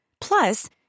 Plus